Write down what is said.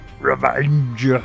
Revenge